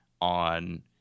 on